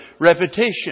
repetition